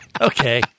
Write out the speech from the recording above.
Okay